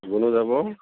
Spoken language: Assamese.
ধুনু যাব